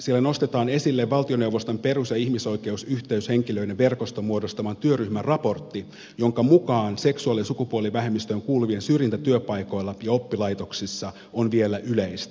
siellä nostetaan esille valtioneuvoston perus ja ihmisoikeusyhteyshenkilöiden verkoston muodostaman työryhmän raportti jonka mukaan seksuaali ja sukupuolivähemmistöön kuuluvien syrjintä työpaikoilla ja oppilaitoksissa on vielä yleistä